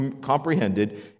comprehended